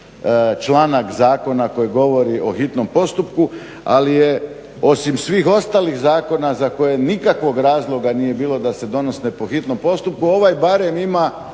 članak zakona koji govori o hitnom postupku. ali je osim svih ostalih zakona za koje nikakvog razloga nije bilo da se donose po hitnom postupku ovaj barem ima